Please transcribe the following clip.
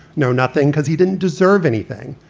no nothing, because he didn't deserve anything.